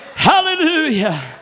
Hallelujah